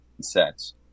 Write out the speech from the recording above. sets